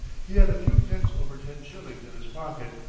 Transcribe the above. he had a few pence over ten shillings in his pocket,